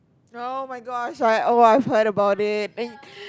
oh-my-gosh I oh I've heard about it and